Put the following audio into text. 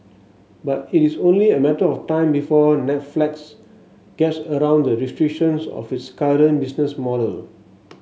but it is only a matter of time before Netflix gets around the restrictions of its current business model